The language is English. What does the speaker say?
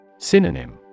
Synonym